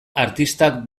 artistak